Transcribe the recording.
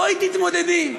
בואי תתמודדי,